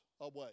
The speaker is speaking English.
away